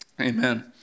Amen